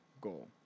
goal